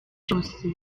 cyose